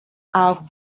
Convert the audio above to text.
auch